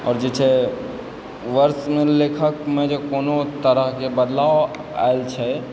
आओर जे छै वर्णलेखकमे जे कोनो तरहकेँ बदलाव आयल छै